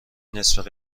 نصف